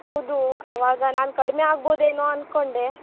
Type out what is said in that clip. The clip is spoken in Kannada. ಹೌದು ಆವಾಗ ನಾನು ಕಡಿಮೆ ಆಗ್ಬೋದು ಏನೋ ಅನ್ಕೊಂಡೆ